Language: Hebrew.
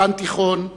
דן תיכון,